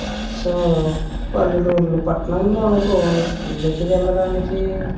so పల్లెటూరులు పట్టణంలో అనుకో స్కూళ్ళకి వెళ్లడానికి